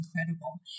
incredible